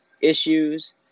issues